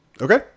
Okay